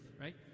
right